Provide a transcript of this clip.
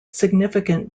significant